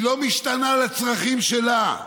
היא לא משתנה לצרכים שלה.